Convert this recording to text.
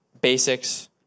basics